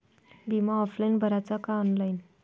बिमा ऑफलाईन भराचा का ऑनलाईन?